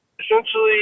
essentially